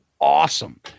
awesome